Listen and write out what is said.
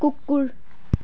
कुकुर